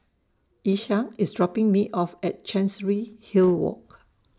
Isaak IS dropping Me off At Chancery Hill Walk